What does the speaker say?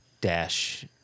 dash